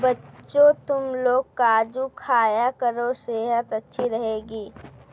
बच्चों, तुमलोग काजू खाया करो सेहत अच्छी रहेगी